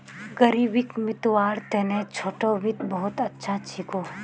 ग़रीबीक मितव्वार तने छोटो वित्त बहुत अच्छा छिको